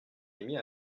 émis